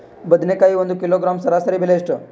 ಬದನೆಕಾಯಿ ಒಂದು ಕಿಲೋಗ್ರಾಂ ಸರಾಸರಿ ಬೆಲೆ ಎಷ್ಟು?